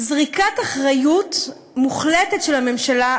זריקת אחריות מוחלטת של הממשלה.